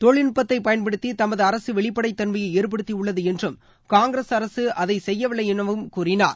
தொழில்நுட்பத்தை பயன்படுத்தி தமது அரசு வெளிப்படைத் தன்மையை ஏற்படுத்தி உள்ளது என்றும் காங்கிரஸ் அரசு அதை செய்யவில்லை எனவும் கூறினார்